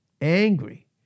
angry